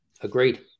Agreed